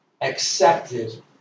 accepted